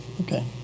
Okay